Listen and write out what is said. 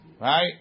right